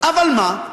אבל מה?